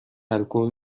الکل